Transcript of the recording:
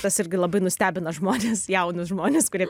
tas irgi labai nustebina žmones jaunus žmones kurie